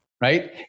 right